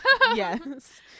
Yes